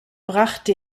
brachte